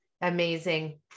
Amazing